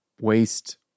waste